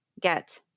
get